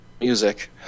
music –